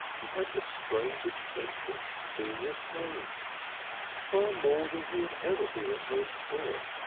he had the strangest sense of being at home far more than he had ever been at home before.